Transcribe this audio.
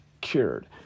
cured